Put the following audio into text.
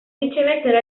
ricevettero